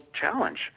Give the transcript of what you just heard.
challenge